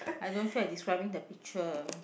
I don't feel like describing the picture